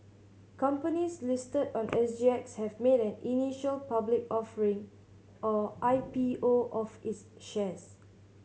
companies listed on S G X have made an initial public offering or I P O of its shares